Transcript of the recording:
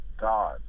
God